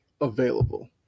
available